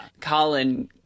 Colin